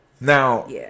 now